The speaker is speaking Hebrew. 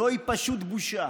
זוהי פשוט בושה.